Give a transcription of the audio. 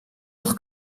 nog